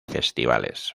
festivales